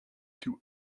too